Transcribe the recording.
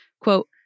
quote